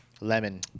Lemon